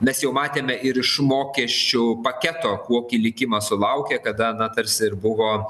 mes jau matėme ir iš mokesčių paketo kokį likimą sulaukė kada na tarsi ir buvo